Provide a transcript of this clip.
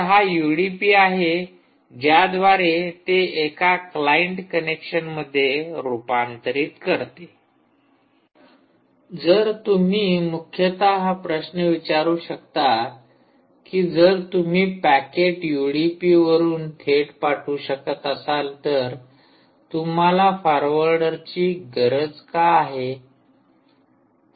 तर हा युडीपी आहे ज्याद्वारे ते एका क्लाईंट कनेक्शनमध्ये रूपांतरित करते तर तुम्ही मुख्यतः हा प्रश्न विचारू शकता कि जर तुम्ही पॅकेट युडीपी वरून थेट पाठवू शकत असाल तर तुम्हाला फॉर्वर्डरची गरज का आहे